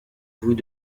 vous